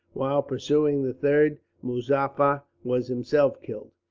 while pursuing the third, muzaffar was himself killed.